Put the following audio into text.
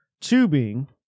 tubing